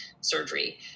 surgery